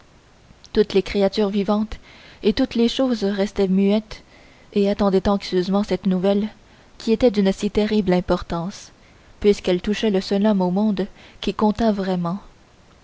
toutes les créatures vivantes et toutes les choses restaient muettes et attendaient anxieusement cette nouvelle qui était d'une si terrible importance puisqu'elle touchait le seul homme au monde qui comptât vraiment